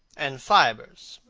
and fibres,